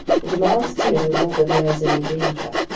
who demands to know whether there's any danger.